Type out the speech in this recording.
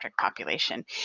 population